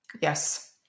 Yes